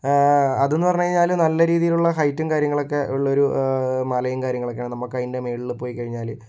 അത് എന്ന് പറഞ്ഞുകഴിഞ്ഞാല് നല്ല രീതിയിലുള്ള ഹൈറ്റും കാര്യങ്ങളുമൊക്കെ ഉള്ളൊരു മലയും കാര്യങ്ങളുമൊക്കെയാണ് നമുക്ക് അതിന്റെ മേളിലു പോയിക്കഴിഞ്ഞാല്